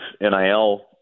NIL